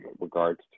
regards